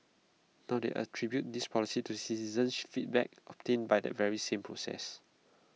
now they attribute this policy to citizens feedback obtained by that very same process